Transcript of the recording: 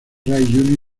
ray